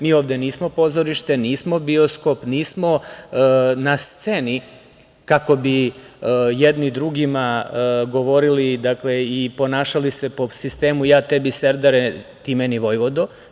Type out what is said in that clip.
Mi ovde nismo pozorište, nismo bioskop, nismo na sceni, kako bi jedni drugima govorili i ponašali se po sistemu – ja tebi serdare, ti meni vojvodo.